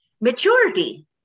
maturity